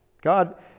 god